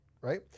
right